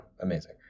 Amazing